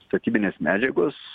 statybinės medžiagos